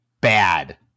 Bad